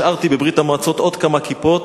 השארתי בברית-המועצות עוד כמה כיפות.